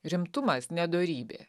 rimtumas ne dorybė